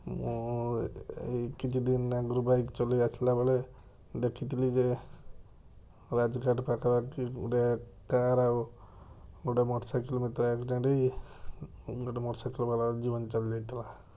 ମୁଁ ଏଇ କିଛି ଦିନ ଆଗରୁ ବାଇକ ଚଲେଇ ଆସିଲା ବେଳେ ଦେଖିଥିଲି ଯେ ରାଜଘାଟ ପାଖାପାଖି ଗୋଟେ କାର ଆଉ ଗୋଟେ ମଟର ସାଇକେଲ ଭିତରେ ଆକ୍ସିଡ଼େଣ୍ଟ ହେଇ ଗୋଟେ ମଟର ସାଇକେଲ ବାଲାର ଜୀବନ ଚାଲିଯାଇଥିଲା